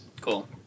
Cool